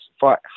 fight